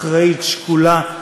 אחראית, שקולה.